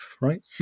right